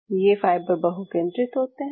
और ये फाइबर बहुकेंद्रित होते हैं